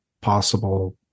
possible